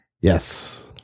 Yes